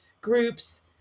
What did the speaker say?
groups